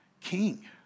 king